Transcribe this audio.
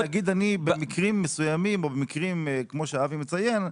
ונגיד שבמקרים מסוימים או במקרים כמו שאבי מציין,